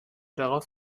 darauf